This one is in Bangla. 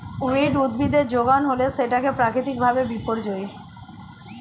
উইড উদ্ভিদের যোগান হলে সেটা প্রাকৃতিক ভাবে বিপর্যোজী